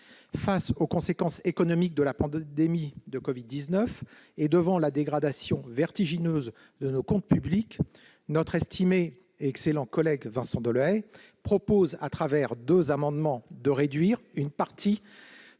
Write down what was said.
Face aux conséquences économiques de la pandémie de covid-19 et devant la dégradation vertigineuse de nos comptes publics, notre estimé et excellent collègue Vincent Delahaye propose, deux amendements, de réduire une partie